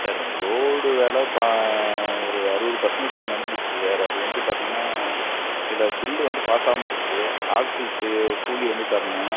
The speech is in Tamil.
சார் ரோடு வேலை ப ஒரு அறுபது பர்சண்டேஜி நடந்துருச்சு சார் அது வந்து பார்த்தீங்கன்னா சில பில்லு வந்து பாஸ் ஆகாம இருக்குது ஆட்களுக்கு கூலி வந்து தரணும்